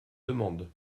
demande